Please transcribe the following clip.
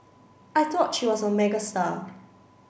I thought she was a megastar